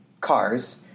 Cars